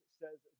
says